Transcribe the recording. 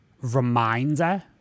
reminder